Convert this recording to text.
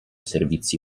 servizi